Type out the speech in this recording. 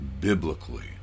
biblically